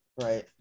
right